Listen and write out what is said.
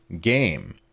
game